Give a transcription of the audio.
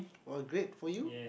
well great for you